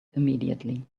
immediately